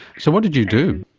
so what did you do?